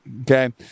Okay